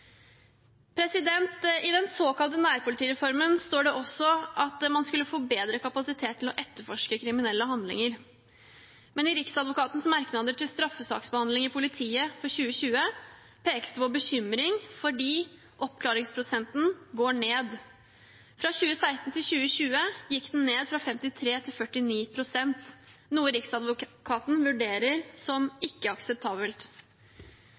I den såkalte nærpolitireformen står det også at man skulle få bedre kapasitet til å etterforske kriminelle handlinger, men i Riksadvokatens merknader til straffesaksbehandling i politiet for 2020 pekes det på bekymring fordi oppklaringsprosenten går ned. Fra 2016 til 2020 gikk den ned fra 53 til 49 pst., noe Riksadvokaten vurderer som ikke akseptabelt.